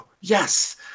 yes